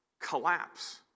collapse